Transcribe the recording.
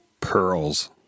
Pearls